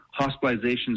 hospitalizations